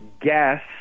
guess